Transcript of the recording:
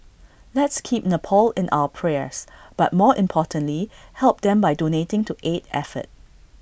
let's keep Nepal in our prayers but more importantly help them by donating to aid effort